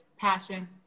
passion